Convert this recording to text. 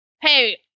Hey